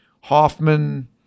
Hoffman